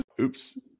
Oops